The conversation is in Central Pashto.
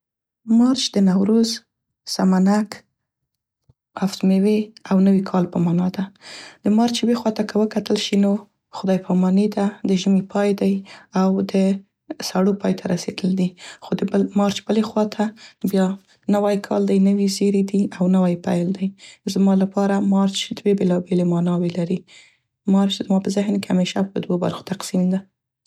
مارچ د نوروز، سمنک، هفت میوې او نوي کال په معنا ده. د مارچ یوې خواته که وکتل شي نو خدای پاماني ده، د ژمي پای دی او د سړو پای ته رسیدل دي. خو د مارچ بلې خواته بیا نوی کال دی، نوي زیري دي او نوی پیل دی. زما لپاره مارچ دوې بیلابیلې معناوې لري. مارچ زما په ذهن کې همیشه په دوو برخو تقسیم ده.